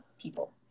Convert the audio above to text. people